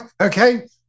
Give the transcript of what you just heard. Okay